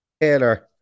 taylor